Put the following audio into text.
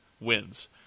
wins